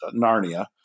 Narnia